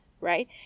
right